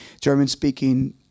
German-speaking